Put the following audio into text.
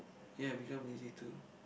ya become lazy too